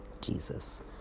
Jesus